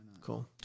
Cool